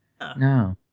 No